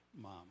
mom